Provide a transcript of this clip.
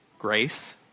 grace